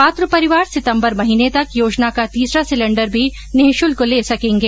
पात्र परिवार सितम्बर महीने तक योजना का तीसरा सिलेण्डर भी निशुल्क ले सकेंगे